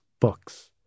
books